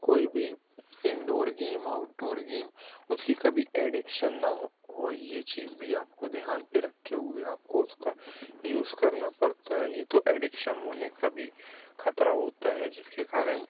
कोई भी indoor game outdoor game उसकी कभी एडिक्शन ना हो हो ये चीज़ भी आपको ध्यान में रखते हुए आपको उसका यूज़ करना पड़ता है नहीं तो एडिक्शन होने का भी ख़तरा होता है जिस के कारण